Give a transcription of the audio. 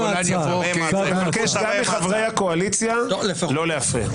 אני מבקש גם מחברי הקואליציה לא להפריע.